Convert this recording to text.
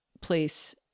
place